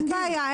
אין בעיה.